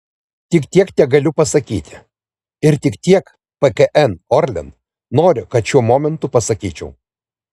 tik tiek tegaliu pasakyti ir tik tiek pkn orlen nori kad šiuo momentu pasakyčiau